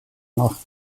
nach